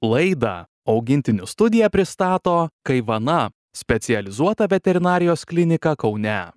laidą augintinių studija pristato kaivana specializuota veterinarijos klinika kaune